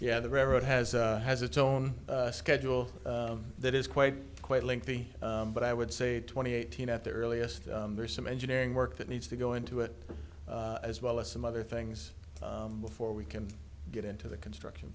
yeah the railroad has has its own schedule that is quite quite lengthy but i would say twenty eighteen at the earliest there's some engineering work that needs to go into it as well as some other things before we can get into the construction